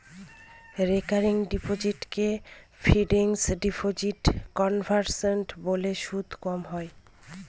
recurring ডিপোসিটকে fixed ডিপোজিটে convert করলে সুদ কম হয়